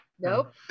nope